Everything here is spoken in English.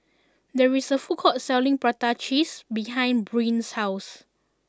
there is a food court Selling Prata Cheese behind Brynn's house